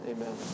Amen